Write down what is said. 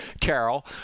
Carol